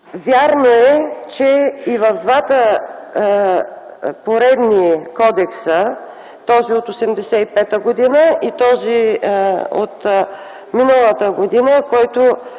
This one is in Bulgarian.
Вярно е, че и в двата поредни кодекса – този от 1985 г. и този от миналата година, който